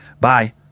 Bye